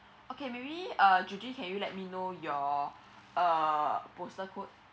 okay maybe uh judy can you let me know your uh postal code